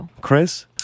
Chris